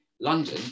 London